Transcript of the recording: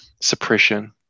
suppression